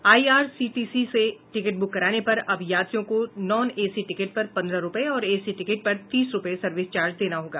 IRCTC से ticket book कराने पर अब यात्रियों को नॉन एसी टिकट पर पंद्रह रूपये और एसी टिकट पर तीस रूपये सर्विस चार्ज देना होगा